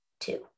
two